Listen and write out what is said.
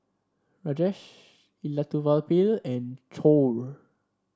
Rajesh Elattuvalapil and Choor